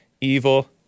evil